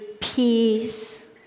peace